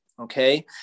Okay